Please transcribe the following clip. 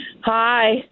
Hi